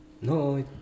No